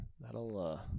That'll